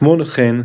כמו כן,